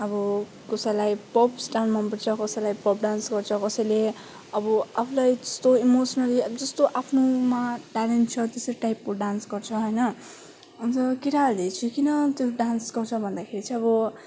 अब कसैलाई pop star मनपर्छ कसैलाई पप डान्स गर्छ कसैले अब आफूलाई इमोसनली जस्तो आफ्नोमा टेलेन्ट छ त्यस्तै टाइपको डान्स गर्छ होइन अब केटाहरूले चाहिँ किन त्यो डान्स गर्छ भन्दाखेरि चाहिँ अब